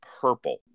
purple